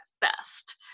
best